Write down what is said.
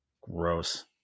Gross